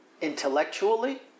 intellectually